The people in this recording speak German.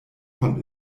von